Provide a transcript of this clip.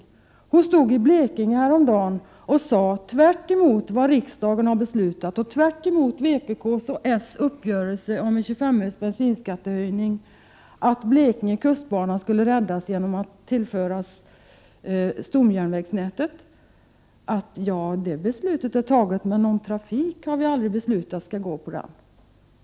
Häromdagen stod hon i Blekinge och sade, tvärtemot vad riksdagen beslutat, i samband med vpk:s och s uppgörelse om 25 öres bensinskattehöjning, att Blekinges kustbana skulle räddas genom att tillföras stamjärnvägsnätet. Ja, det beslutet är taget, men någon trafik har vi aldrig beslutat skall gå på den.